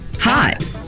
Hot